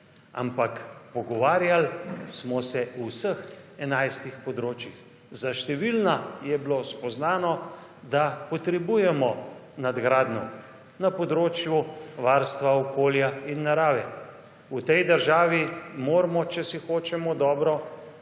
ampak pogovarjali smo se o vseh enajstih področjih. Za številna je bilo spoznano, da potrebujemo nadgradnjo. Na področju varstva okolja in narave - v tej državi moramo, če si hočemo dobro,